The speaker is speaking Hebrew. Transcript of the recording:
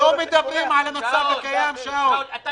נקודה.